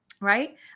right